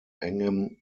engem